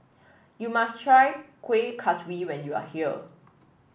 you must try Kuih Kaswi when you are here